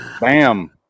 Bam